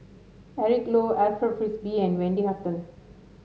Eric Low Alfred Frisby and Wendy Hutton